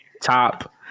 top